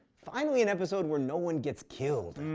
finally an episode where no one gets killed.